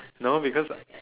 no because